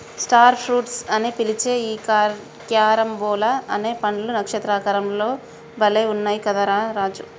star fruits అని పిలిచే ఈ క్యారంబోలా అనే పండ్లు నక్షత్ర ఆకారం లో భలే గున్నయ్ కదా రా రాజు